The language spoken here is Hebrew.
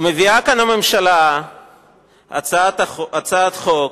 מביאה כאן הממשלה הצעת חוק